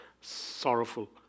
sorrowful